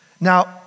Now